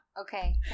okay